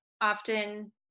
often